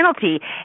penalty